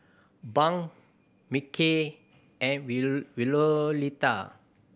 Bunk Mickey and Violeta